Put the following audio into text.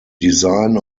design